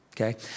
okay